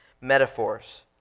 metaphors